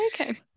okay